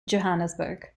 johannesburg